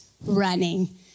running